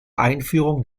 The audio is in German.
einführung